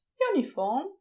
Uniform